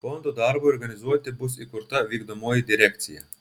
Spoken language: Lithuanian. fondo darbui organizuoti bus įkurta vykdomoji direkcija